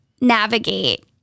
navigate